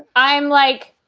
i'm like,